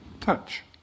touch